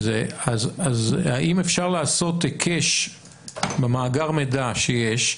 אז האם אפשר לעשות היקש במאגר המידע שיש?